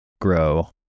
grow